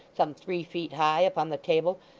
some three feet high, upon the table,